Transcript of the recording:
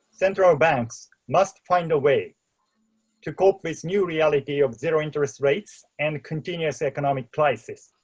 central banks must find a way to cope with new reality of zero interest rates and continuous economic crisis.